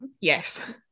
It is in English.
Yes